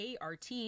ART